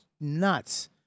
nuts